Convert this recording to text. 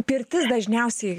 pirtis dažniausiai